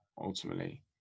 ultimately